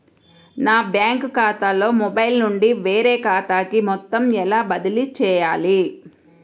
నా బ్యాంక్ ఖాతాలో మొబైల్ నుండి వేరే ఖాతాకి మొత్తం ఎలా బదిలీ చేయాలి?